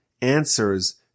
answers